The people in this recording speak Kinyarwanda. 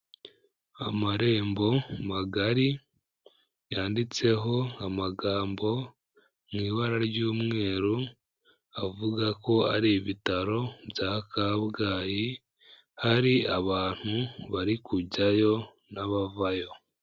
Amarembo magari yanditseho amagambo mu ibara ry'umweru, avuga ko ari ibitaro bya Kabgayi, hari abantu bari kujyayo n'abavayo.